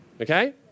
okay